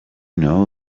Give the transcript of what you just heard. know